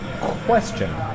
question